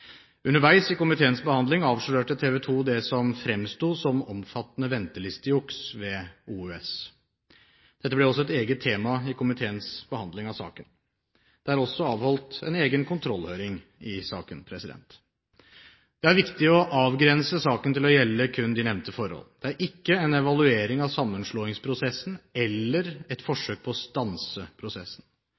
Underveis i komiteens behandling avslørte TV 2 det som fremsto som omfattende ventelistejuks ved OUS. Dette ble også et eget tema i komiteens behandling av saken. Det er også avholdt en egen kontrollhøring i saken. Det er viktig å avgrense saken til å gjelde kun de nevnte forhold. Dette er ikke en evaluering av sammenslåingsprosessen eller et forsøk på å stanse prosessen.